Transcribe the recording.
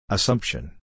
Assumption